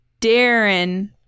Darren